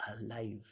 alive